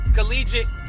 Collegiate